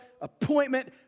Appointment